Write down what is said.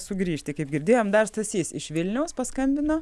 sugrįžti kaip girdėjom dar stasys iš vilniaus paskambino